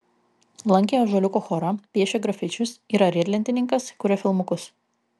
lankė ąžuoliuko chorą piešia grafičius yra riedlentininkas kuria filmukus